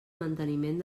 manteniment